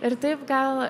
ir taip gal